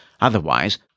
Otherwise